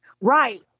Right